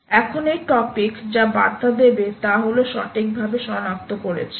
এখন এই টপিক যা বার্তা দেবে তা হল সঠিকভাবে শনাক্ত করেছে